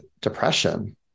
depression